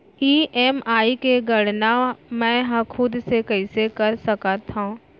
EMI के गड़ना मैं हा खुद से कइसे कर सकत हव?